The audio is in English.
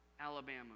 Alabama